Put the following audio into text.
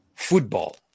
football